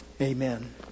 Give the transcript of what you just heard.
Amen